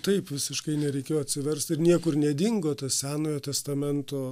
taip visiškai nereikėjo atsiverst ir niekur nedingo tas senojo testamento